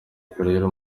pereira